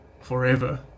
forever